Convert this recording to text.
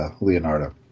Leonardo